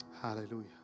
Hallelujah